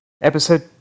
episode